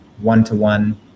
one-to-one